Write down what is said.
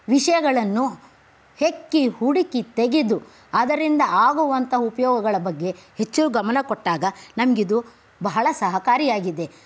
ವಿಷಯಗಳನ್ನು ಹೆಕ್ಕಿ ಹುಡುಕಿ ತೆಗೆದು ಅದರಿಂದ ಆಗುವಂಥ ಉಪಯೋಗಗಳ ಬಗ್ಗೆ ಹೆಚ್ಚು ಗಮನ ಕೊಟ್ಟಾಗ ನಮಗಿದು ಬಹಳ ಸಹಕಾರಿಯಾಗಿದೆ